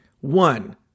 One